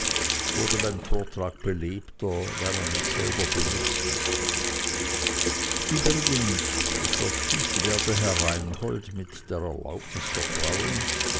wurde mein vortrag belebter weil er mich selber belustigte übrigens schloß ich werde herr reinhold mit der erlaubnis der frauen